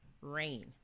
rain